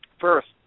First